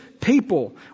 people